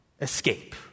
escape